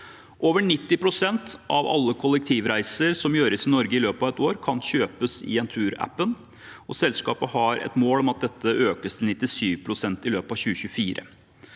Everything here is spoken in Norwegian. Over 90 pst. av alle kollektivreiser som gjøres i Norge i løpet av et år, kan kjøpes i Entur-appen, og selskapet har et mål om at dette økes til 97 pst. i løpet av 2024.